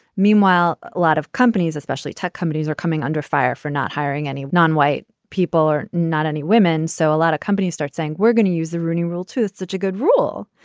meanwhile, a lot of companies, especially tech companies, are coming under fire for not hiring any non-white people or not any women. so a lot of companies start saying we're going to use the rooney rule to it's such a good rule.